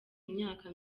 imyaka